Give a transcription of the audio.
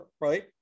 right